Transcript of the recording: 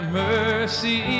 mercy